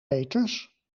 peeters